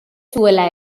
zuela